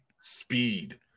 Speed